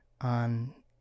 on